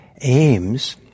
aims